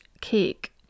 Cake